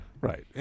Right